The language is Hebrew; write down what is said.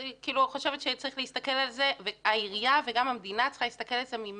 אני חושבת שהעירייה וגם המדינה צריכות להסתכל על זה מה